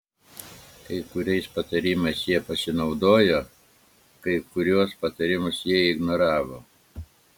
kai kuriais patarimais jie pasinaudojo kai kuriuos patarimus jie ignoravo